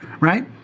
right